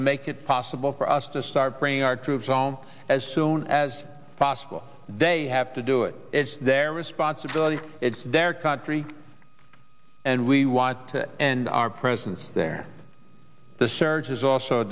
to make it possible for us to start bringing our troops home as soon as possible they have to do it it's their responsibility it's their country and we want to end our presence there the surge is also a